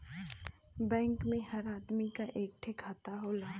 bank मे हर आदमी क एक ठे खाता होला